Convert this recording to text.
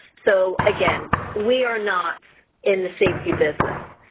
so again we are not in the safety business.